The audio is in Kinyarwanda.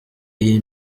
iyi